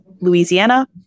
Louisiana